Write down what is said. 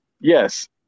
Yes